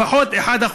לפחות 1%,